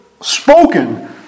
spoken